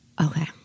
Okay